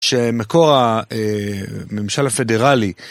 ש...מקור ה... אה... ממשל הפדרלי,